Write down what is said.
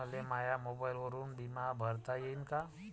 मले माया मोबाईलवरून बिमा भरता येईन का?